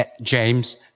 James